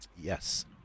Yes